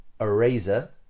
Eraser